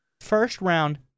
first-round